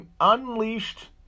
unleashed